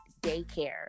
daycare